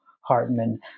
Hartman